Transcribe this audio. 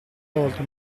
tolto